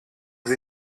sie